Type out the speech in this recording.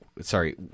sorry